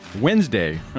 Wednesday